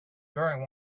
during